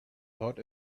thought